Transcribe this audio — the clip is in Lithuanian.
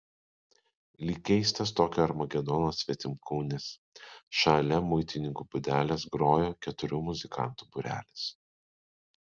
lyg keistas tokio armagedono svetimkūnis šalia muitininkų būdelės grojo keturių muzikantų būrelis